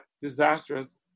disastrous